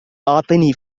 أعطني